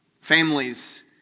Families